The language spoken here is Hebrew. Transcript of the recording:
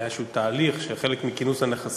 היה איזה תהליך של חלק מכינוס הנכסים,